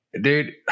Dude